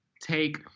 take